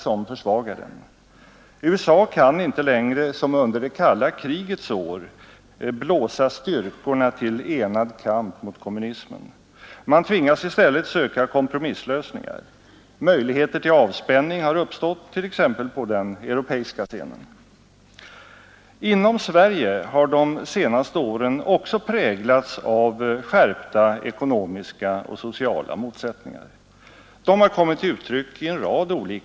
Folkpartiet kunde ha etablerat sig som det stora mittenpartiet i Sverige men det har man överlåtit åt centern. Folkpartiet kunde ha etablerat sig som den balanserande faktorn mellan de båda blocken, ett Parti som är litet men som har mycket att säga till om just därför att det ligger emellan de andra partierna — men det har man också låtit bli.